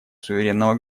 суверенного